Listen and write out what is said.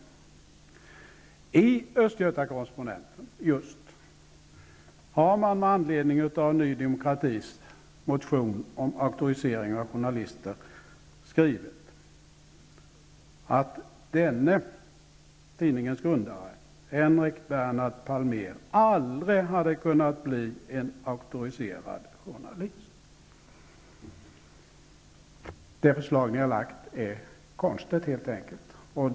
I just Östgöta Correspondenten har man med anledning av Ny demokratis motion om auktorisering av journalister skrivit att denne tidningens grundare, Henrik Bernhard Palmaer, aldrig hade kunnat bli en auktoriserad journalist. Det förslag som ni har lagt fram är helt enkelt konstigt.